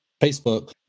facebook